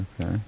Okay